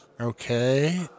Okay